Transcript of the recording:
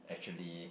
actually